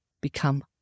become